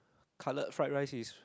cutlet fried rice is